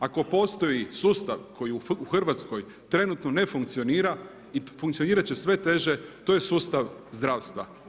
Ako postoji sustav koji u Hrvatskoj trenutno ne funkcionira i funkcionirati će sve teže, to je sustav zdravstva.